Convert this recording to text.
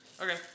Okay